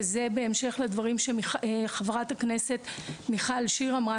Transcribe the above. וזה בהמשך לדברים שחברת הכנסת מיכל שיר אמרה,